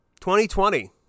2020